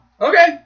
Okay